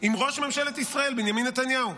עם ראש ממשלת ישראל בנימין נתניהו.